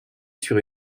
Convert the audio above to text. sur